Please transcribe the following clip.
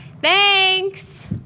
Thanks